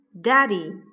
Daddy